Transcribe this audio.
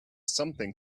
something